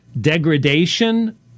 degradation